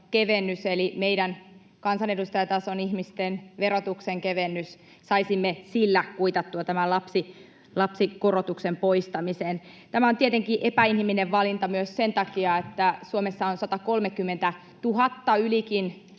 eli meidän kansanedustajatason ihmisten verotuksen kevennys. Saisimme sillä kuitattua tämän lapsikorotuksen poistamisen. Tämä on tietenkin epäinhimillinen valinta myös sen takia, että Suomessa on 130 000 — ylikin